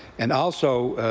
and also,